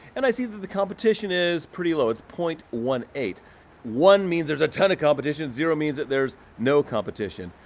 and i see that the competition is pretty low. it's point one eight one means there's a ton of competition, zero means that there's no competition.